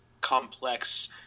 complex